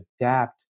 adapt